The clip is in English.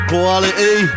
Quality